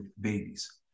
babies